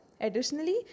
Additionally